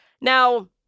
Now